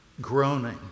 groaning